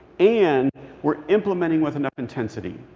and we're implementing with enough intensity?